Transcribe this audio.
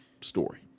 story